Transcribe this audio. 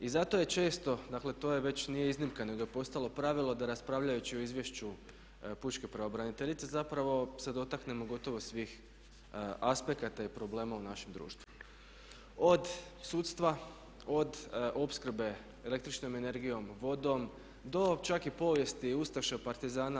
I zato je često, dakle to već nije iznimka nego je postalo pravilo da raspravljajući o izvješću pučke pravobraniteljice zapravo se dotaknemo gotovo svih aspekata i problema u našem društvu od sudstva, od opskrbe električnom energijom, vodom, do čak i povijesti ustaša, partizana.